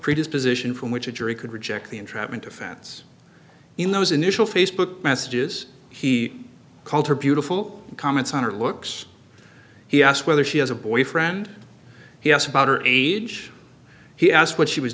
predisposition from which a jury could reject the entrapment defense in those initial facebook messages he called her beautiful comments on her looks he asked whether she has a boyfriend he has about her age he asked what she was